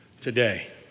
today